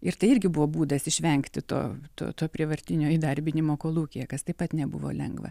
ir tai irgi buvo būdas išvengti to to to prievartinio įdarbinimo kolūkyje kas taip pat nebuvo lengva